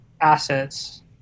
assets